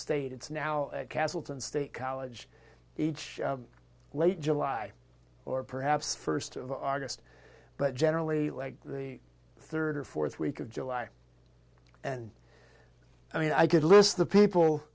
state it's now at castleton state college each late july or perhaps first of august but generally like the third or fourth week of july and i mean i could list the people